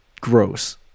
gross